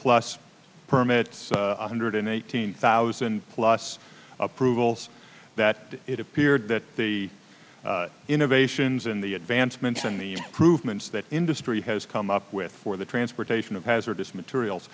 plus permits one hundred eighteen thousand plus approvals that it appeared that the innovations in the advancements in the proved means that industry has come up with for the transportation of hazardous materials